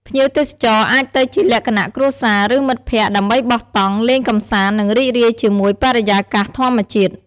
ភ្ញៀវទេសចរអាចទៅជាលក្ខណៈគ្រួសារ ឬមិត្តភក្តិ ដើម្បីបោះតង់ លេងកន្សាន្ត និងរីករាយជាមួយបរិយាកាសធម្មជាតិ។